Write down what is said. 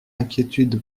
inquiétude